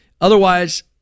otherwise